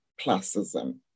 classism